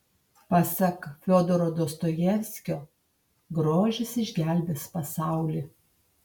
pasak fiodoro dostojevskio grožis išgelbės pasaulį